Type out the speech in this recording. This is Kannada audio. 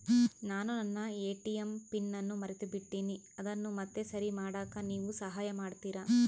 ನಾನು ನನ್ನ ಎ.ಟಿ.ಎಂ ಪಿನ್ ಅನ್ನು ಮರೆತುಬಿಟ್ಟೇನಿ ಅದನ್ನು ಮತ್ತೆ ಸರಿ ಮಾಡಾಕ ನೇವು ಸಹಾಯ ಮಾಡ್ತಿರಾ?